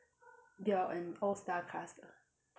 they are an all star cast lah